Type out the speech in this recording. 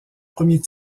premier